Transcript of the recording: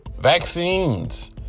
vaccines